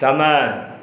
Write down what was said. समय